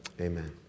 Amen